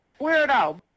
Weirdo